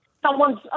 Someone's